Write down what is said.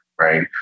right